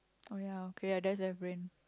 oh ya okay that's left brain